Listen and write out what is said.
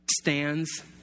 stands